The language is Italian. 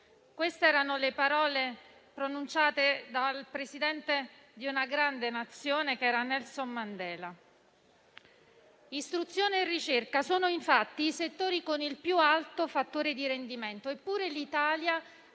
Queste erano le parole pronunciate dal Presidente di una grande Nazione, Nelson Mandela. Istruzione e ricerca sono, infatti, i settori con il più alto fattore di rendimento eppure l'Italia ha